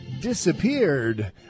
disappeared